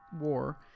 war